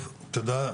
טוב, תודה.